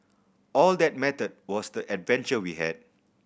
all that mattered was the adventure we had